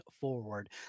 forward